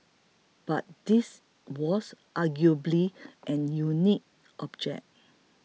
but this was arguably a unique project